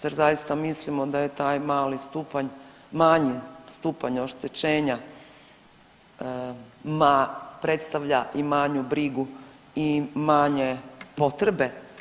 Zar zaista mislimo da je taj mali stupanj manji stupanj oštećenja predstavlja i manju brigu i manje potrebe?